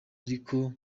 ariko